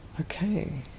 okay